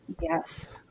Yes